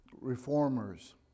reformers